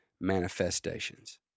manifestations